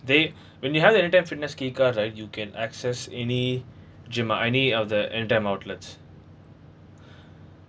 they when you have anytime fitness key card right you can access any gym or any of the anytime outlets